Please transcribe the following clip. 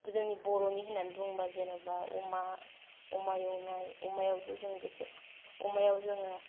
जोंनि बर'नि होननानै बुंबा जेनेबा अमा अमा एवनाय अमायावथ' जों गोसो अमायाव जोङो